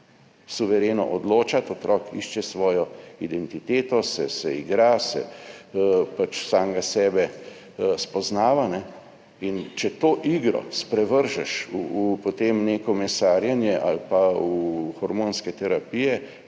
suvereno odločati, otrok išče svojo identiteto, se igra, samega sebe spoznava. Če to igro sprevržeš v potem neko mesarjenje ali v hormonske terapije